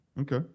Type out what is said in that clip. Okay